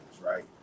right